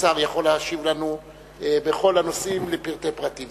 שהשר יכול להשיב לנו בכל הנושאים לפרטי פרטים.